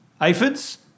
Aphids